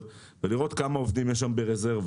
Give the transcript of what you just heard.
ולראות כמה עובדים יש שם ברזרבה.